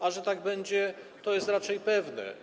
A że tak będzie, to jest raczej pewne.